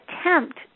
attempt